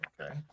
Okay